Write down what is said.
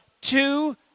two